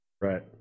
Right